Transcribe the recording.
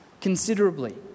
considerably